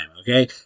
Okay